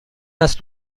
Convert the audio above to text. است